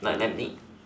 like let me